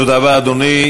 תודה רבה, אדוני.